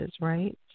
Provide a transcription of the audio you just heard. right